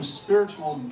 spiritual